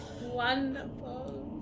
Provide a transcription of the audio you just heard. Wonderful